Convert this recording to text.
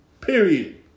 Period